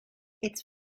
its